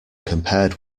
compared